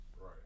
Right